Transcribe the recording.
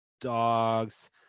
dogs